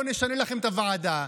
בוא נשנה לכם את הוועדה,